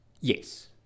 Yes